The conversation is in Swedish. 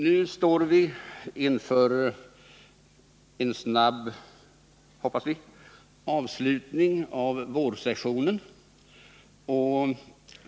Nu står vi inför en — hoppas vi — snabb avslutning av sessionen.